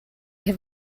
have